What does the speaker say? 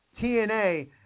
TNA